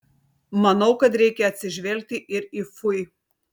manau kad reikia atsižvelgti ir į fui